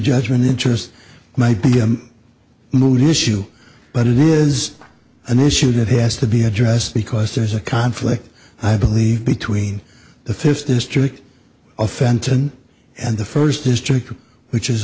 judgment interest might be i'm known issue but it is an issue that has to be addressed because there's a conflict i believe between the fifth district of fenton and the first district which is